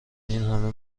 اینهمه